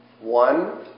One